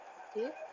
okay